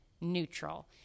neutral